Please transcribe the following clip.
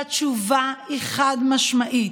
התשובה היא חד-משמעית: